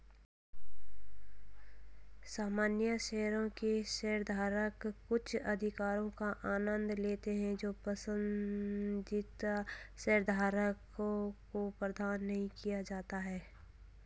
सामान्य शेयरों के शेयरधारक कुछ अधिकारों का आनंद लेते हैं जो पसंदीदा शेयरधारकों को प्रदान नहीं किए जाते हैं